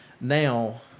Now